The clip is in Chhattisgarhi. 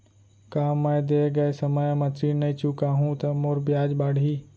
का मैं दे गए समय म ऋण नई चुकाहूँ त मोर ब्याज बाड़ही?